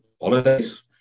holidays